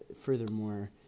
Furthermore